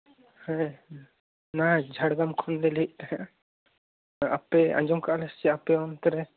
ᱦᱮᱸ ᱱᱚᱣᱟ ᱡᱷᱟᱲᱜᱨᱟᱢ ᱠᱷᱚᱱᱞᱮ ᱞᱟᱹᱭᱮᱫ ᱛᱟᱦᱮᱸᱫᱼᱟ ᱟᱯᱮ ᱟᱸᱡᱚᱢ ᱠᱟᱜᱼᱟ ᱞᱮ ᱥᱮ ᱪᱮᱫ ᱟᱯᱮ ᱮᱱᱛᱮ ᱨᱮ